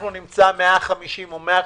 אנחנו נמצא 150 או 100